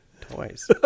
toys